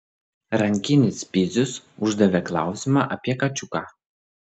rankinis pizius uždavė klausimą apie kačiuką